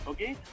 Okay